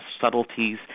subtleties